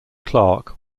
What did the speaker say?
clarke